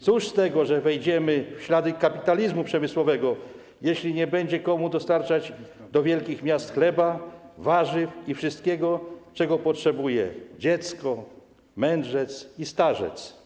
Cóż z tego, że pójdziemy w ślady kapitalizmu przemysłowego, jeśli nie będzie komu dostarczać do wielkich miast chleba, warzyw i wszystkiego, czego potrzebuje dziecko, mędrzec i starzec?